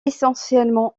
essentiellement